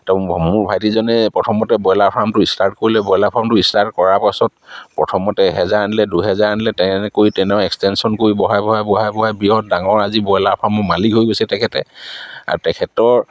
তো মোৰ ভাইটিজনে প্ৰথমতে ব্ৰইলাৰ ফাৰ্মটো ষ্টাৰ্ট কৰিলে ব্ৰইলাৰ ফাৰ্মটো ষ্টাৰ্ট কৰাৰ পাছত প্ৰথমতে এহেজাৰ আনিলে দুহেজাৰ আনিলে তেনেকৈ কৰি তেওঁ এক্সটেনশ্যন কৰি বঢ়াই বঢ়াই বঢ়াই বঢ়াই বৃহৎ ডাঙৰ আজি ব্ৰইলাৰ ফাৰ্মৰ মালিক হৈ গৈছে তেখেতে আৰু তেখেতৰ